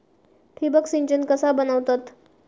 ठिबक सिंचन कसा बनवतत?